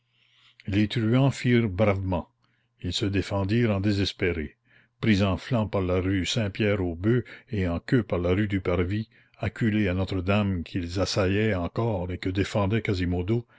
les truands firent bravement ils se défendirent en désespérés pris en flanc par la rue saint pierre aux boeufs et en queue par la rue du parvis acculés à notre-dame qu'ils assaillaient encore et que défendait quasimodo